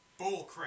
bullcrap